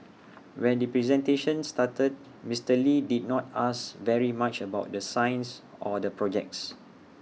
when the presentation started Mister lee did not ask very much about the science or the projects